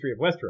historyofwesteros